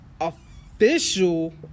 official